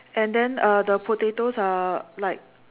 and then uh the potatoes are like